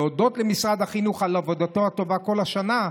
להודות למשרד החינוך על עבודתו הטובה כל השנה,